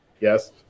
Yes